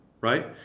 right